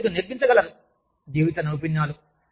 వారు మీకు నేర్పించగలరు జీవిత నైపుణ్యాలు